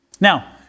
Now